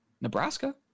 Nebraska